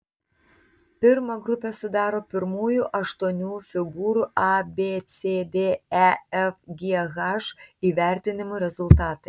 pirmą grupę sudaro pirmųjų aštuonių figūrų a b c d e f g h įvertinimų rezultatai